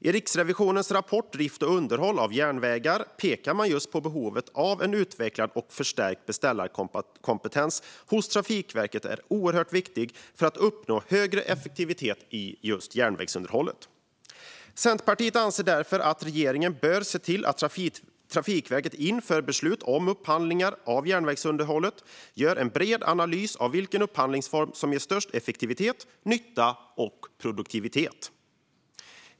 I Riksrevisionens rapport Drift och underhåll av järnvägar pekar man just på att en utvecklad och förstärkt beställarkompetens hos Trafikverket är oerhört viktig för att uppnå högre effektivitet i järnvägsunderhållet. Centerpartiet anser därför att regeringen bör se till att Trafikverket inför beslut om upphandlingar av järnvägsunderhåll gör en bred analys av vilken upphandlingsform som ger störst effektivitet, nytta och produktivitet.